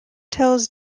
tells